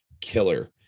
killer